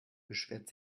beschwert